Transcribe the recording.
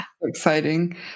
Exciting